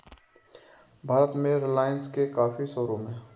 भारत में रिलाइन्स के काफी शोरूम हैं